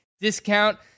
discount